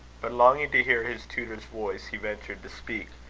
but longing to hear his tutor's voice, he ventured to speak,